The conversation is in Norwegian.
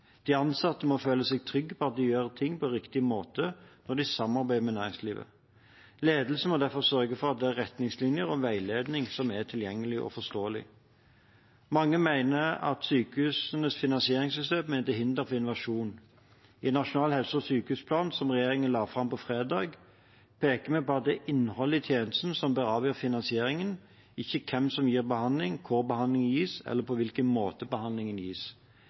De ansatte må føle seg trygge på at de gjør ting på riktig måte når de samarbeider med næringslivet. Ledelsen må derfor sørge for at retningslinjer og veiledning er tilgjengelig og forståelig. Mange mener at sykehusenes finansieringssystem er til hinder for innovasjon. I Nasjonal helse- og sykehusplan, som regjeringen la fram på fredag, peker vi på at det er innholdet i tjenestene som bør avgjøre finansieringen – ikke hvem som gir behandling, hvor behandlingen gis, eller på hvilken måte behandlingen gis.